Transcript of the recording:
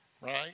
Right